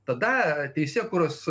tada teisėkūros